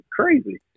crazy